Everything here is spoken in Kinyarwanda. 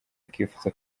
akifuza